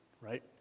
Right